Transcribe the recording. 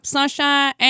Sunshine